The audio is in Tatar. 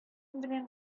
белән